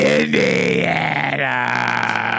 Indiana